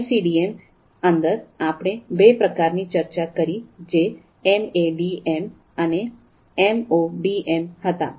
એમસીડીએમની અંદર આપણે બે પ્રકારોની ચર્ચા કરી જે એમએડીએમ અને એમઓડીએમ હતા